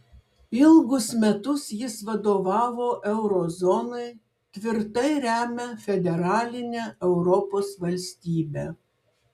ilgus metus jis vadovavo euro zonai tvirtai remia federalinę europos valstybę